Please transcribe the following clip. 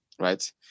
Right